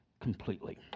completely